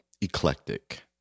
eclectic